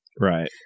Right